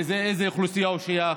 לאיזה אוכלוסייה הוא שייך,